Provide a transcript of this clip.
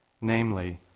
namely